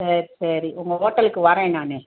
சரி சரி உங்கள் ஓட்டலுக்கு வரேன் நான்